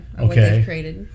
okay